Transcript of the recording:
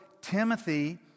Timothy